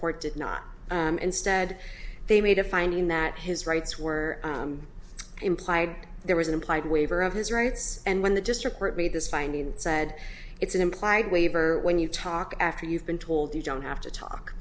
court did not instead they made a finding that his rights were implied there was an implied waiver of his rights and when the district court made this finding said it's an implied waiver when you talk after you've been told you don't have to